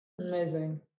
amazing